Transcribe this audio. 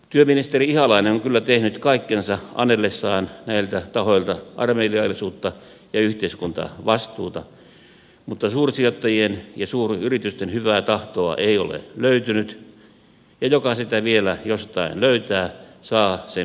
työministeri ihalainen on kyllä tehnyt kaikkensa anellessaan näiltä tahoilta armeliaisuutta ja yhteiskuntavastuuta mutta suursijoittajien ja suuryritysten hyvää tahtoa ei ole löytynyt ja joka sitä vielä jostain löytää saa sen pitää